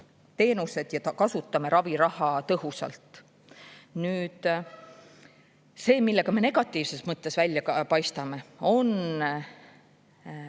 teenused ja kasutame raviraha tõhusalt. Nüüd, see, millega me negatiivses mõttes välja paistame, on